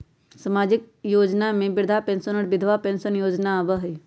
सामाजिक योजना में वृद्धा पेंसन और विधवा पेंसन योजना आबह ई?